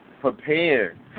prepared